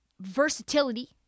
versatility